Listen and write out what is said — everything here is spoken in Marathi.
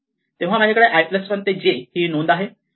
तेव्हा माझ्याकडे i 1 ते j ही नोंद आहे